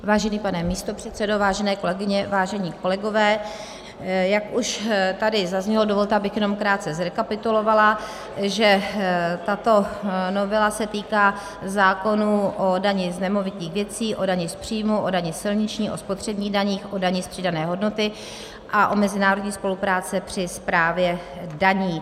Vážený pane místopředsedo, vážené kolegyně, vážení kolegové, jak už tady zaznělo, dovolte, abych jenom krátce zrekapitulovala, že tato novela se týká zákonů o dani z nemovitých věcí, o dani z příjmů, o dani silniční, o spotřebních daních, o dani z přidané hodnoty a o mezinárodní spolupráci při správě daní.